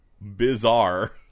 bizarre